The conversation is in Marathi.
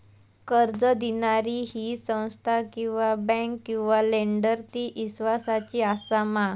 कर्ज दिणारी ही संस्था किवा बँक किवा लेंडर ती इस्वासाची आसा मा?